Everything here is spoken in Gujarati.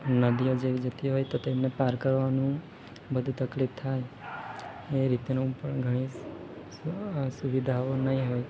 નદીઓ જેવી જતી હોય તો તે ને પાર કરવાનું બધું તકલીફ થાય એ રીતેનું પણ ઘણી સ સુવિધાઓ નહીં હોય